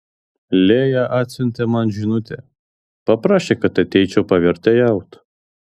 lėja atsiuntė man žinutę paprašė kad ateičiau pavertėjaut